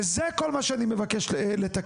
וזה כל מה שאני מבקש לתקן.